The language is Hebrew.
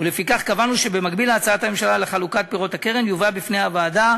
ולפיכך קבענו שבמקביל להצעת הממשלה לחלוקת פירות הקרן יובא בפני הוועדה